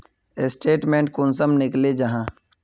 Statement कुंसम निकले जाहा?